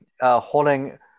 holding